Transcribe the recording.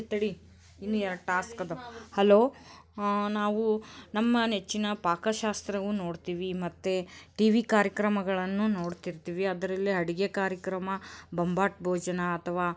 ತಡಿ ಇನ್ನೂ ಎರಡು ಟಾಸ್ಕದ ಹಲೋ ನಾವು ನಮ್ಮ ನೆಚ್ಚಿನ ಪಾಕಶಾಸ್ತ್ರವು ನೋಡ್ತೀವಿ ಮತ್ತು ಟಿವಿ ಕಾರ್ಯಕ್ರಮಗಳನ್ನು ನೋಡ್ತಿರ್ತೀವಿ ಅದರಲ್ಲಿ ಅಡುಗೆ ಕಾರ್ಯಕ್ರಮ ಬೊಂಬಾಟ್ ಭೋಜನ ಅಥವಾ